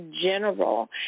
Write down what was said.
general